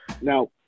now